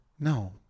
No